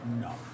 No